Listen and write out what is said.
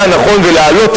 לפניו,